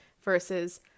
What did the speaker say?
versus